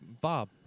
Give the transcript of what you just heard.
Bob